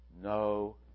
No